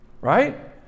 right